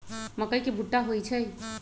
मकई के भुट्टा होई छई